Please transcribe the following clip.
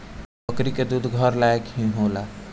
बकरी के दूध घर लायक ही होला